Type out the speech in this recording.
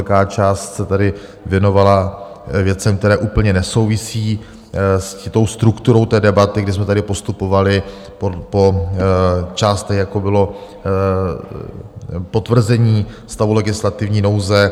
Velká část se tady věnovala věcem, které úplně nesouvisí se strukturou té debaty, kdy jsme tady postupovali po částech, jako bylo potvrzení stavu legislativní nouze.